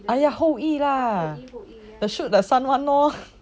哎呀后一 lah the shoot the sun [one] lor